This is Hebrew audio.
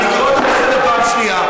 אני קורא אותך לסדר פעם שנייה.